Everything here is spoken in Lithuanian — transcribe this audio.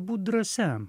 būt drąsiam